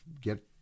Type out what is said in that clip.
get